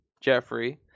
Jeffrey